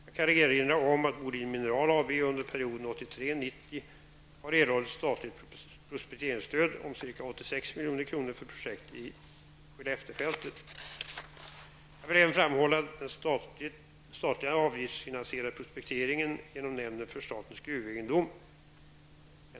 Jag kan erinra om att har erhållit statligt prospekteringsstöd om ca 86 Jag vill även framhålla den statliga anslagsfinansierade prospekteringen genom nämnden för statens gruvegendom .